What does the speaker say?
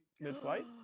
mid-flight